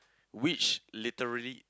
which literary